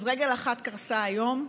אז רגל אחת קרסה היום.